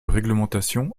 réglementation